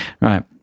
Right